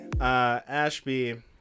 Ashby